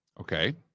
okay